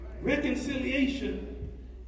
Reconciliation